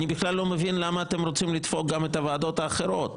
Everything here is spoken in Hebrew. אני בכלל לא מבין למה אתם רוצים לדפוק גם את הוועדות האחרות.